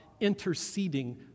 interceding